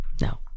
No